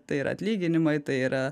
tai ir atlyginimai tai yra